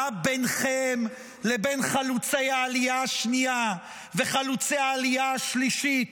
מה ביניכם לבין חלוצי העלייה השנייה וחלוצי העלייה השלישית,